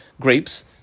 grapes